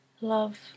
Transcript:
Love